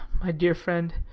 my dear friend,